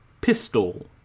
pistol